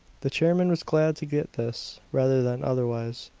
the chairman was glad to get this, rather than otherwise.